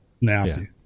Nasty